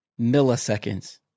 milliseconds